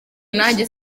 nanjye